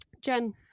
Jen